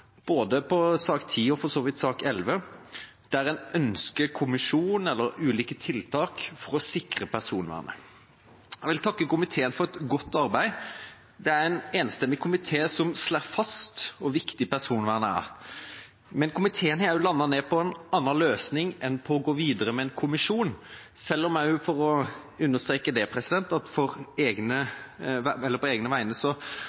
både i sak nr. 10 og for så vidt også i sak nr. 11, som ønsker en kommisjon eller ulike tiltak for å sikre personvernet. Jeg vil takke komiteen for et godt arbeid. Det er en enstemmig komité som slår fast hvor viktig personvernet er. Men komiteen har også landet på en annen løsning enn det å gå videre med en kommisjon, selv om, for å understreke det, jeg for egen del synes at